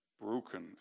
broken